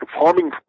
farming